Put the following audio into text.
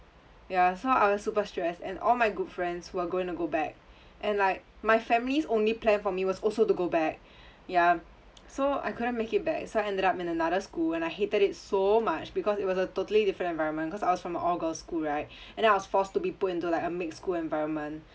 ya so I was super stressed and all my good friends who were gonna go back and like my family's only plan for me was also to go back ya so I couldn't make it back so I ended up in another school and I hated it so much because it was a totally different environment cause I was from all girls school right and then I was forced to be put into like a mixed school environment